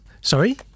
Sorry